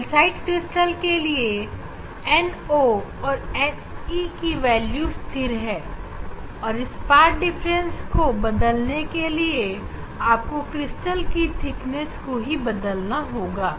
calcite crystal के लिए n 0 और ne की वेल्यू स्थिर है और इस पाथ डिफरेंस को बदलने के लिए आपको क्रिस्टल की चौड़ाई को ही बदलना होगा